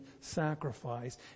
sacrifice